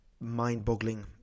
mind-boggling